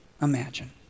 imagine